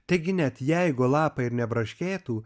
taigi net jeigu lapai ir nebraškėtų